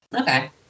Okay